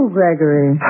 Gregory